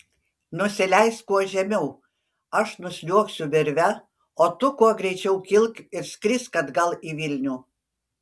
nusileisk kuo žemiau aš nusliuogsiu virve o tu kuo greičiau kilk ir skrisk atgal į vilnių